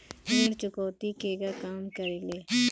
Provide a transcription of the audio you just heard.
ऋण चुकौती केगा काम करेले?